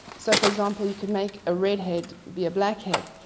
so, for example, you could make a red-head be a black-head.